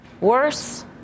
worse